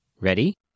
Ready